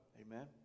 Amen